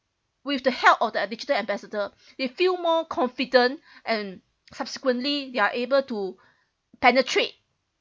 with the help of the digital ambassador they feel more confident and subsequently they're able to penetrate